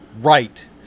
right